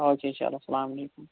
او کے چَلو اسلامُ علیکُم